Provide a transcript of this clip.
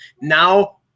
Now